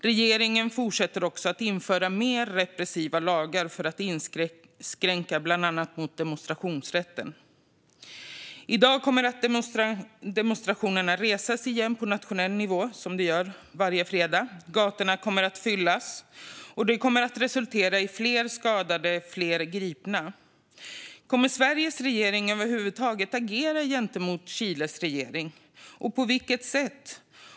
Regeringen fortsätter också att införa mer repressiva lagar för att bland annat inskränka demonstrationsrätten. I dag kommer demonstrationerna att resas igen på nationell nivå, som de gör varje fredag. Gatorna kommer att fyllas, och det kommer att resultera i fler skadade och gripna. Kommer Sveriges regering över huvud taget att agera mot Chiles regering, i så fall på vilket sätt?